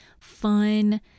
fun